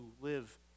live